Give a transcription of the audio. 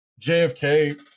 JFK